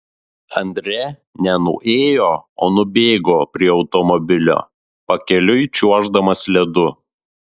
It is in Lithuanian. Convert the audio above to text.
andre ne nuėjo o nubėgo prie automobilio pakeliui čiuoždamas ledu